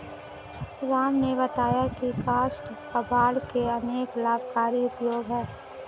राम ने बताया की काष्ठ कबाड़ के अनेक लाभकारी उपयोग हैं